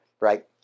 Right